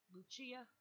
Lucia